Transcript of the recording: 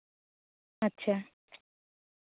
ᱟᱪᱪᱷᱟ